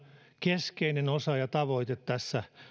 keskeinen osa ja tavoite tässä